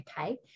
okay